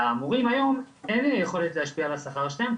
למורים היום אין יכולת להשפיע על השכר שלהם,